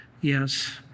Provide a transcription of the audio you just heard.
Yes